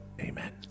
amen